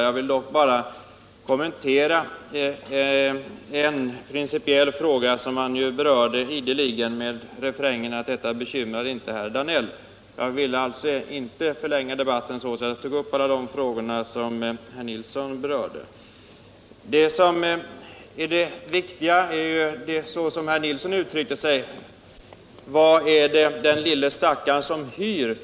Men jag vill något litet kommentera en principiell fråga, som herr Nilsson ideligen återkom till med refrängen: ”Men detta bekymrar inte herr Danell”. Det viktiga här, sade herr Nilsson, är: Vad tycker den lille stackaren som hyr?